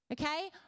Okay